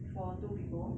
for two people